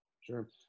sure